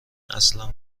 اصلا